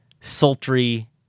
sultry